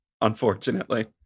unfortunately